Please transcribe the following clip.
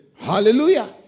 Hallelujah